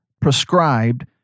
prescribed